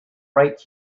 right